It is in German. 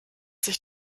sich